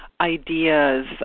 ideas